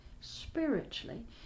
spiritually